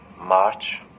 March